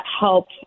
help